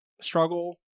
struggle